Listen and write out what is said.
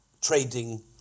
trading